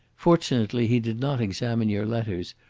fortunately he did not examine your letters,